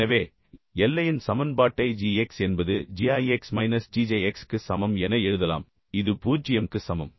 எனவே எல்லையின் சமன்பாட்டை g x என்பது g i x minus g j x க்கு சமம் என எழுதலாம் இது 0 க்கு சமம்